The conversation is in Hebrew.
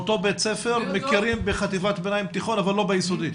באותו בית ספר מכירים בחטיבת ביניים-תיכון אבל לא ביסודי.